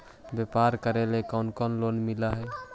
व्यापार करेला कौन कौन लोन मिल हइ?